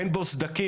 אין בו סדקים,